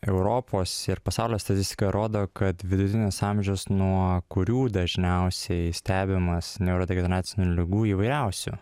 europos ir pasaulio statistika rodo kad vidutinis amžius nuo kurių dažniausiai stebimas neurodegeneracinių ligų įvairiausių